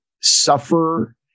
suffer